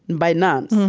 by nuns